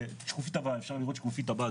אפשר לראות שקופית הבאה,